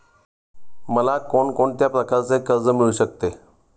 मला कोण कोणत्या प्रकारचे कर्ज मिळू शकते?